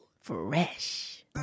Fresh